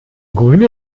grüne